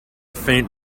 faint